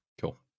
Cool